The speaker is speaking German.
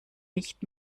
nicht